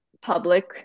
public